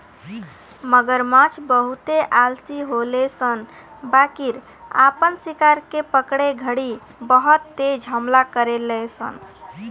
मगरमच्छ बहुते आलसी होले सन बाकिर आपन शिकार के पकड़े घड़ी बहुत तेज हमला करेले सन